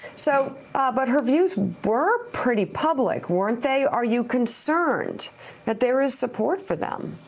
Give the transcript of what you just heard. so but her views were pretty public, weren't they? are you concerned there is support for them?